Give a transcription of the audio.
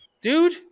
Dude